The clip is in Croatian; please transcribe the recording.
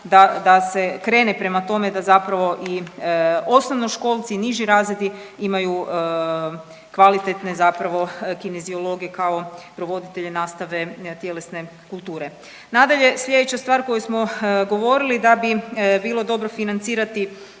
da se krene prema tome da zapravo i osnovnoškolci i niži razredi imaju kvalitetne zapravo kineziologe kao provoditelje nastave tjelesne kulture. Nadalje, sljedeća stvar koju smo govorili da bi bilo dobro financirati